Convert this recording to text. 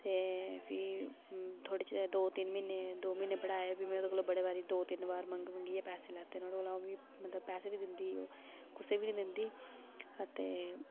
ते फ्ही थोह्ड़े चिर दो तिन्न म्हीने दो म्हीने पढ़ाए फ्ही में ओह्दे कोला बड़े बारी दो तिन्न बार मंगी मंगियै पैसे लैते नोआढ़े कोला ओह् मी मतलब पैसे बी दिंदी कुसै ई बी निं दिंदी अते